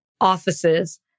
offices